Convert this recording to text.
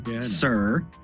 sir